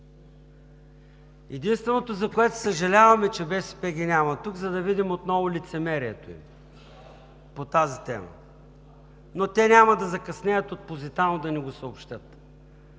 Единственото, за което съжалявам, е, че БСП ги няма тук, за да видим отново лицемерието им по тази тема, но те няма да закъснеят да ни го съобщят